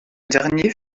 dernier